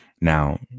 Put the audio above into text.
Now